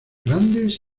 grandes